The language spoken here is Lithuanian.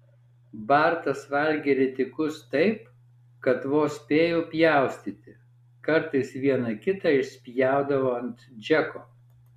bartas valgė ridikus taip kad vos spėjau pjaustyti kartais vieną kitą išspjaudavo ant džeko